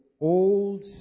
old